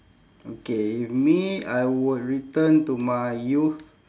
okay if me I would return to my youth